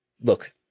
look